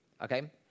okay